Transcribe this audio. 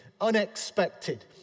unexpected